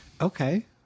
Okay